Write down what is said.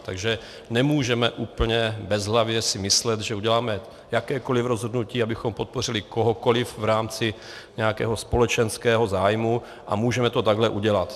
Takže nemůžeme úplně bezhlavě si myslet, že uděláme jakékoliv rozhodnutí, abychom podpořili kohokoliv v rámci nějakého společenského zájmu, a můžeme to takhle udělat.